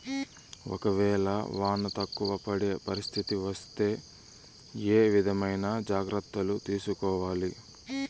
ఒక వేళ వాన తక్కువ పడే పరిస్థితి వస్తే ఏ విధమైన జాగ్రత్తలు తీసుకోవాలి?